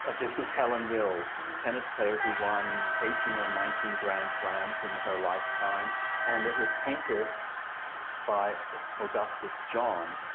this is helen wills, tennis player who won eighteen or nineteen grand slams in her lifetime and it was painted by augustus john,